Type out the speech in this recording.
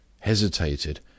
hesitated